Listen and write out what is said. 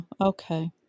okay